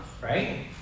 right